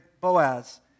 Boaz